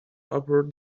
upper